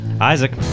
Isaac